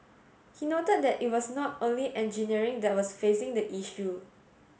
he noted that it was not only engineering that was facing the issue